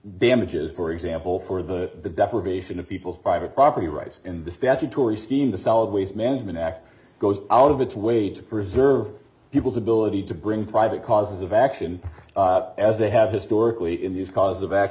damages for example for the deprivation of people private property rights in the statutory scheme the solid waste management act goes out of its way to preserve people's ability to bring private cause of action as they have historically in the cause of act